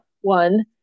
one